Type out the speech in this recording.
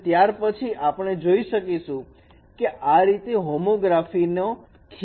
અને ત્યાર પછી આપણે જોઈ શકીશું કે કઈ રીતે હોમોગ્રાફી નો ખ્યાલ લાગુ કરી શકીએ